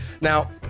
Now